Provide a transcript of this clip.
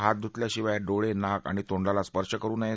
हात धुतल्याशिवाय डोळे नाक आणि तोंडाला स्पर्श करु नये